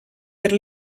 per